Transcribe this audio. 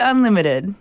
Unlimited